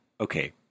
okay